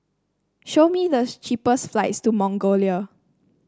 show me the cheapest flights to Mongolia